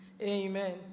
Amen